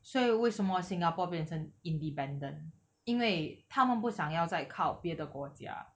所以为什么 singapore 变成 independent 因为他们不想要在靠别的国家